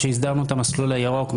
כשהסדרנו את המסלול הירוק,